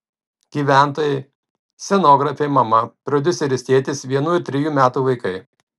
gyventojai scenografė mama prodiuseris tėtis vienų ir trejų metų vaikai